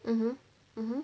mmhmm mmhmm